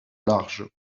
large